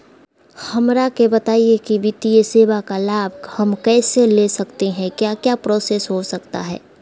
हमरा के बताइए की वित्तीय सेवा का लाभ हम कैसे ले सकते हैं क्या क्या प्रोसेस हो सकता है?